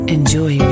Enjoy